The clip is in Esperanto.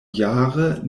jare